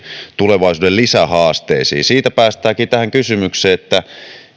tulevaisuuden lisähaasteisiin siitä päästäänkin tähän kysymykseen että